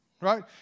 right